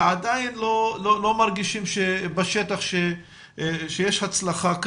ועדיין לא מרגישים בשטח שיש הצלחה.